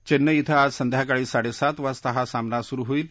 चेन्नई छें आज संध्याकाळी साडेसात वाजता हा सामना सुरु होईल